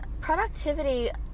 productivity –